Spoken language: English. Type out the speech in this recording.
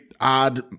odd